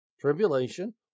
tribulation